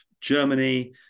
Germany